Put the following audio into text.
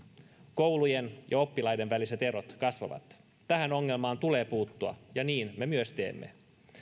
koulujen ja oppilaiden väliset erot kasvavat tähän ongelmaan tulee puuttua ja niin me myös teemme